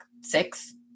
six